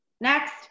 next